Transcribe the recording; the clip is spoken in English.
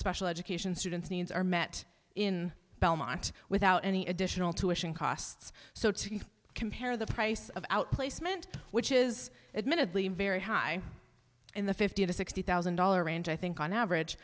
special education students needs are met in belmont without any additional tuitions costs so to compare the price of outplacement which is admittedly very high in the fifty to sixty thousand dollar and i think on average